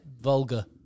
Vulgar